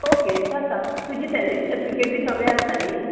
okay जाता तुजी salary certificate बी सगळें आसा न्ही